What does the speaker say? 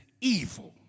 evil